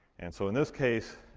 and so in this case,